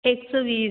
एक सौ बीस